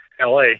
LA